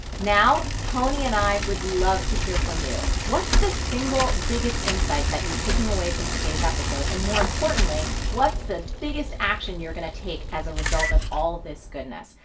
now tony and i would love to hear from you. what's the single biggest insight that you're taking away from today's episode? and, more importantly, what's the biggest action you're gonna take as a result of all of this goodness?